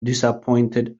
disappointed